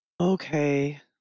Okay